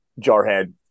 jarhead